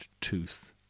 tooth